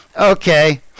Okay